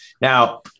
Now